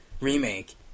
remake